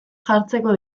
jartzeko